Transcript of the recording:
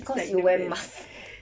cause you wear mask